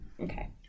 Okay